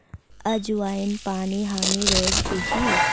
अज्वाइन पानी हामी रोज़ पी छी